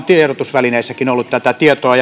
tiedotusvälineissäkin on ollut tätä tietoa